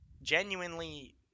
genuinely